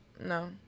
No